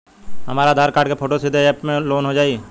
हमरे आधार कार्ड क फोटो सीधे यैप में लोनहो जाई?